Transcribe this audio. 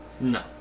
No